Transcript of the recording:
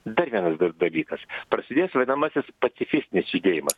dar vienas dar dalykas prasidės vadinamasis pacifistinis judėjimas